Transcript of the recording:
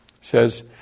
says